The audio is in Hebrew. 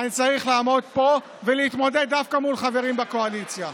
אני צריך לעמוד פה ולהתמודד דווקא מול חברים בקואליציה,